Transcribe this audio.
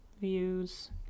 views